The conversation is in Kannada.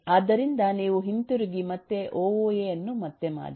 ಆದ್ದರಿಂದ ನೀವು ಹಿಂತಿರುಗಿ ಮತ್ತು ಒಒಎ ಅನ್ನು ಮತ್ತೆ ಮಾಡಿ